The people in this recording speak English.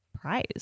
prize